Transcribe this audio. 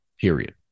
period